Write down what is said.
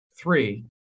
Three